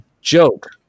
joke